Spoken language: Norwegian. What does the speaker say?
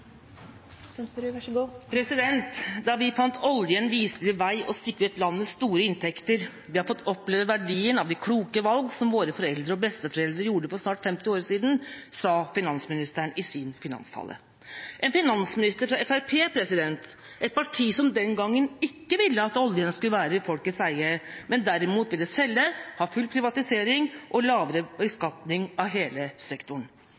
vi fant oljen, viste vi vei» og sikret landet store inntekter. Vi har fått «oppleve verdien av de kloke valg som våre foreldre og besteforeldre gjorde for snart 50 år siden». Dette sa finansministeren i sin finanstale – en finansminister fra Fremskrittspartiet, et parti som den gangen ikke ville at oljen skulle være i folkets eie, men de ville derimot selge, ha full privatisering og lavere beskatning av hele sektoren.